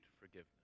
forgiveness